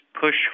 push